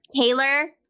Taylor